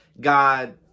God